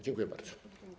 Dziękuję bardzo.